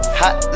hot